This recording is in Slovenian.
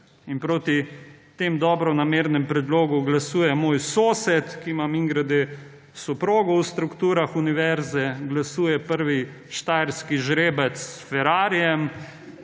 Proti temu dobronamernem predlogu glasuje moj sosed, ki ima, mimogrede, soprogo v strukturah univerze, glasuje prvi štajerski žrebec s ferarijem.